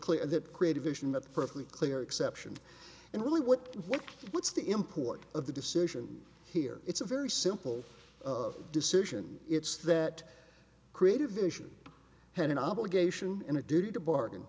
clear that create a vision that perfectly clear exception and really what what's the import of the decision here it's a very simple of decision it's that creative vision had an obligation and a duty to bargain